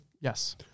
Yes